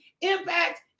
impact